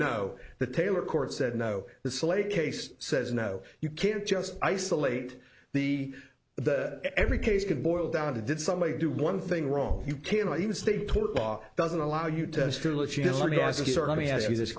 no the tailor court said no the slate case says no you can't just isolate the the every case can boil down to did somebody do one thing wrong you can't even state tort law doesn't allow you to me ask you this